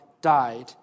died